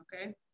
Okay